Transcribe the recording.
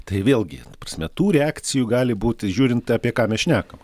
tai vėlgi ta prasme tų reakcijų gali būti žiūrint apie ką mes šnekam